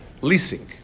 leasing